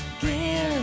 give